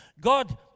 God